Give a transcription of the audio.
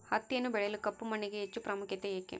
ಹತ್ತಿಯನ್ನು ಬೆಳೆಯಲು ಕಪ್ಪು ಮಣ್ಣಿಗೆ ಹೆಚ್ಚು ಪ್ರಾಮುಖ್ಯತೆ ಏಕೆ?